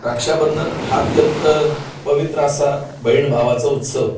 रक्षाबंधन हा अत्यंत पवित्र असा बहीण भावाचा उत्सव